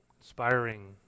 inspiring